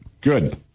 Good